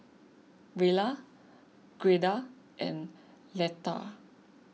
Rella Gerda and Leatha